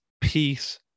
peace